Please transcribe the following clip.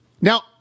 Now